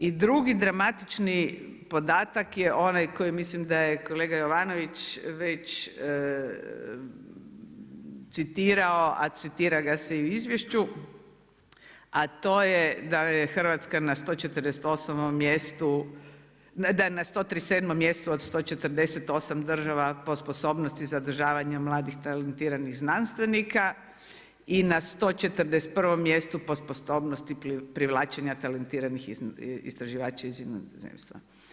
I drugi, dramatični podatak je onaj koji mislim da je kolega Jovanović već citirao, a citira ga se i u Izvješću, a to je da je Hrvatska na 148 mjestu, da je na 137 mjestu od 148 država po sposobnosti zadržavanja mladih talentiranih znanstvenika i na 141 mjestu po sposobnosti privlačenja talentiranih istraživača iz inozemstva.